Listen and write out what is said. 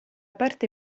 parte